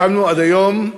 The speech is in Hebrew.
הקמנו עד היום,